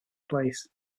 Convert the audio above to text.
place